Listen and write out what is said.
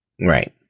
Right